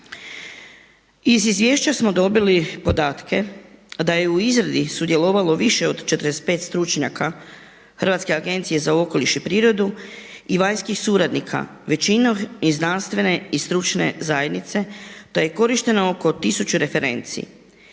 Iz izvješća smo dobili podatke a da je u izradi sudjelovalo više od 45 stručnjaka Hrvatske agencije za okoliš i prirodu i vanjskih suradnika, većina iz znanstvene i stručne zajednice, da je korišteno oko tisuću referenci.